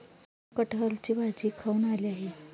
गुनगुन कठहलची भाजी खाऊन आली आहे